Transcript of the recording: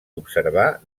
observar